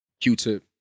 q-tip